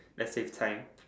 let's save time